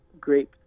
great